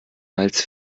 als